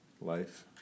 Life